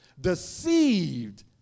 deceived